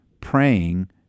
praying